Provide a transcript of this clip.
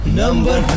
number